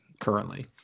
currently